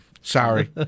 Sorry